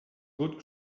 good